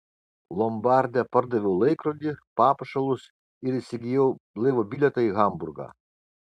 lombarde pardaviau laikrodį papuošalus ir įsigijau laivo bilietą į hamburgą